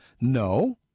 no